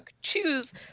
choose